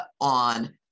on